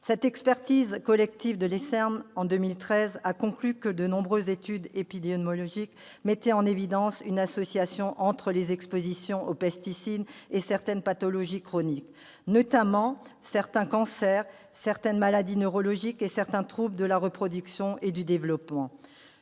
Cette expertise collective de l'INSERM en 2013 a conclu que de nombreuses études épidémiologiques mettaient en évidence une association entre les expositions aux pesticides et certaines pathologies chroniques, notamment certains cancers, certaines maladies neurologiques et certains troubles de la reproduction et du développement.